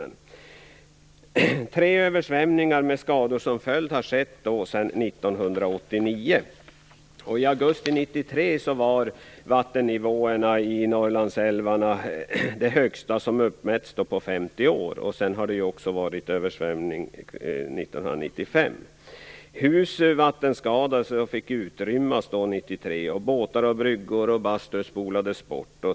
Sedan 1989 har det förekommit tre översvämningar med skador som följd. I augusti 1993 var vattennivåerna i Norrlandsälvarna de högsta som uppmätts på 50 år. Det var också översvämning 1995. Hus vattenskadades och fick utrymmas 1993. Båtar, bryggor och bastuanläggningar spolades bort.